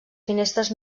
finestres